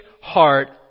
heart